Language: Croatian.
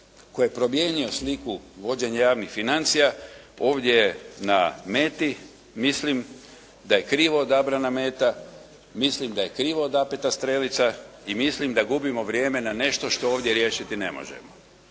koji je promijenio sliku vođenja javnih financija ovdje je na meti. Mislim da je krivo odabrana meta. Mislim da je krivo odapeta strelica. I mislim da gubimo vrijeme na nešto što ovdje riješiti ne možemo.